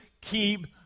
keep